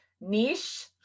niche